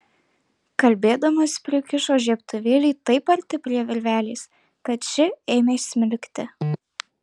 kalbėdamas prikišo žiebtuvėlį taip arti prie virvelės kad ši ėmė smilkti